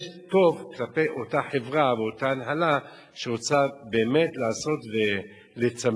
זה טוב כלפי אותה חברה ואותה הנהלה שרוצה באמת לעשות ולצמצם,